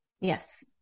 Yes